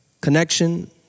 Connection